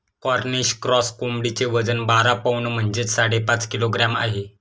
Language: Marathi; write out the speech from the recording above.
कॉर्निश क्रॉस कोंबडीचे वजन बारा पौंड म्हणजेच साडेपाच किलोग्रॅम आहे